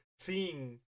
Seeing